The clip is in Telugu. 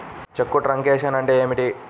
చెక్కు ట్రంకేషన్ అంటే ఏమిటి?